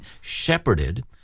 shepherded